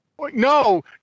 no